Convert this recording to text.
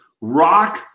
rock